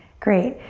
great,